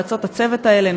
המלצות הצוות האלה,